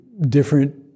different